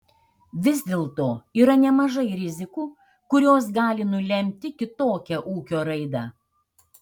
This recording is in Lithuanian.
vis dėlto yra nemažai rizikų kurios gali nulemti kitokią ūkio raidą